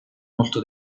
molto